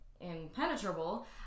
impenetrable